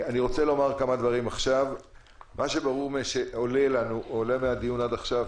אני רוצה לומר כמה דברים מה שעולה מהדיון עד עכשיו,